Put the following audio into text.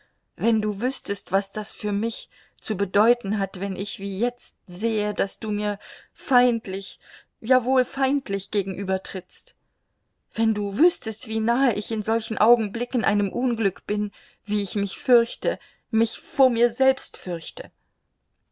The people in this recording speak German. wenn du wüßtest was das für mich zu bedeuten hat wenn ich wie jetzt sehe daß du mir feindlich jawohl feindlich gegenübertrittst wenn du wüßtest wie nahe ich in solchen augenblicken einem unglück bin wie ich mich fürchte mich vor mir selbst fürchte